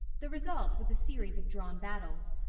the result was a series of drawn battles.